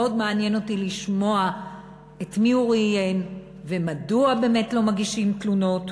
מאוד מעניין לשמוע את מי הוא ראיין ומדוע באמת לא מגישים תלונות.